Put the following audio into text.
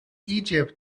egypt